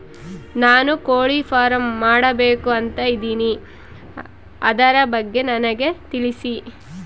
ನಾನು ಕೋಳಿ ಫಾರಂ ಮಾಡಬೇಕು ಅಂತ ಇದಿನಿ ಅದರ ಬಗ್ಗೆ ನನಗೆ ತಿಳಿಸಿ?